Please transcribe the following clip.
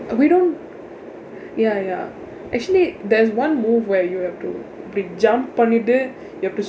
we don't ya ya actually there's one move where you have to இப்படி:ippadi jump பண்ணிட்டு:pannitdu you have to